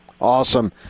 Awesome